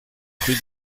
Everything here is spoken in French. rue